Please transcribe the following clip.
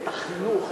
את החינוך,